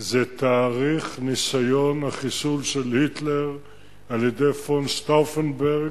זה תאריך ניסיון החיסול של היטלר על-ידי שנק פון שטאופנברג,